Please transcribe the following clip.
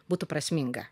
būtų prasminga